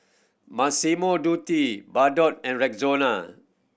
Massimo Dutti Bardot and Rexona